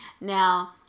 Now